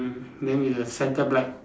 then the centre black